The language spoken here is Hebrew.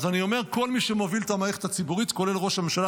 אז אני אומר שכל מי שמוביל את המערכת הציבורית כולל ראש הממשלה,